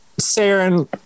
Saren